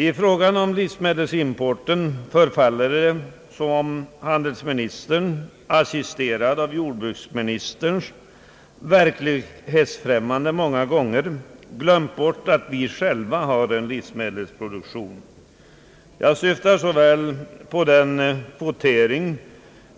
I fråga om livsmedelsimporten förefaller det som om handelsministern, assisterad av jordbruksministern, många gånger = verklighetsfrämmande «glömt bort att vi själva har en livsmedelsproduktion. Jag syftar på den kvotering